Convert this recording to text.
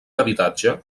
habitatge